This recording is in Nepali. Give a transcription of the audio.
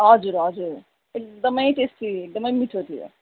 हजुर हजुर एकदमै टेस्टी एकदमै मिठो थियो